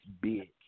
big